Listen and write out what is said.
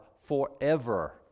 forever